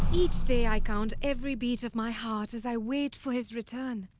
each day i count every beat of my heart as i wait for his return.